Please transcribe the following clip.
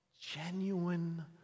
Genuine